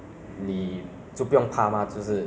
so how about you zhe wei